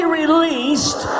released